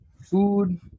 food